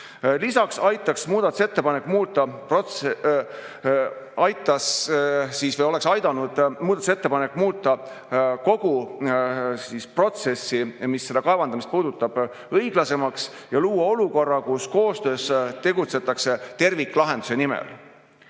[arvestamine] aidanud muuta kogu protsessi, mis seda kaevandamist puudutab, õiglasemaks ja luua olukorra, kus koostöös tegutsetakse terviklahenduse nimel.